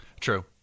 True